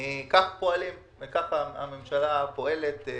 כך פועלים וכך הממשלה פועלת.